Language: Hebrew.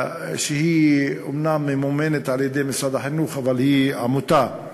שהיא אומנם ממומנת על-ידי משרד החינוך אבל היא עמותה,